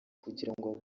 kugirango